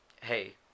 Hey